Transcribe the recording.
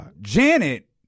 Janet